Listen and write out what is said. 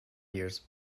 years